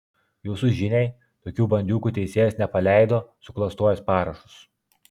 jūsų žiniai tokių bandiūgų teisėjas nepaleido suklastojęs parašus